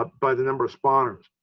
but by the number of spawners.